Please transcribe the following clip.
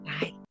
Bye